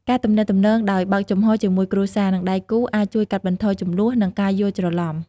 ការទំនាក់ទំនងដោយបើកចំហជាមួយគ្រួសារ និងដៃគូអាចជួយកាត់បន្ថយជម្លោះ និងការយល់ច្រឡំ។